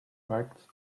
facts